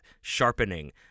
sharpening